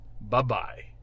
Bye-bye